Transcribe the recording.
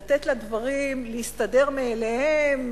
לתת לדברים להסתדר מאליהם,